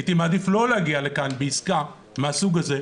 הייתי מעדיף לא להגיע לכאן בעסקה מהסוג הזה,